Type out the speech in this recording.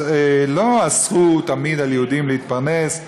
אז לא אסרו תמיד על יהודים להתפרנס.